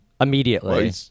Immediately